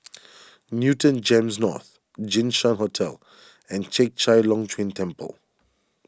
Newton Gems North Jinshan Hotel and Chek Chai Long Chuen Temple